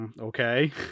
Okay